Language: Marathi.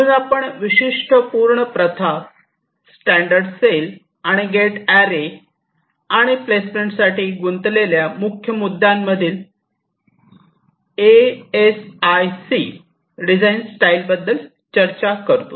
म्हणून आपण विशिष्ट पूर्ण प्रथा स्टैंडर्ड सेल आणि गेट अॅरे आणि प्लेसमेंटसाठी गुंतलेल्या मुख्य मुद्द्यांमधील एएसआयसी डिझाइन स्टाईल बद्दल चर्चा करतो